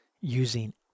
using